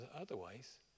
Otherwise